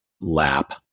lap